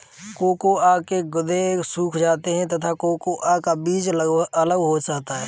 cocoa के गुदे सूख जाते हैं तथा कोकोआ का बीज अलग हो जाता है